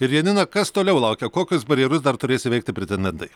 ir janina kas toliau laukia kokius barjerus dar turės įveikti pretendentai